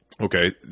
Okay